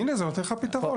הנה, זה נותן לך פתרון.